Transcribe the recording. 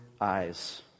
eyes